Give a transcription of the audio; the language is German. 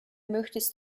möchtest